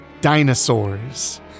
dinosaurs